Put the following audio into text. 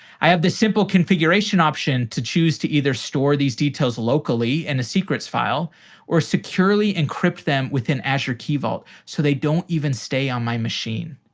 i have this simple configuration option to choose to either store these details locally in and a secrets file or securely encrypt them within azure key vault so they don't even stay on my machine.